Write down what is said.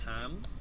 Ham